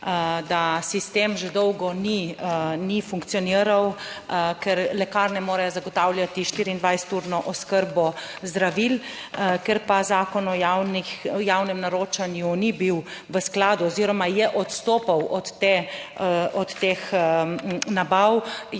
da sistem že dolgo ni funkcioniral, ker lekarne morajo zagotavljati 24 urno oskrbo zdravil. Ker pa Zakon o javnem naročanju ni bil v skladu oziroma je odstopal od teh nabav,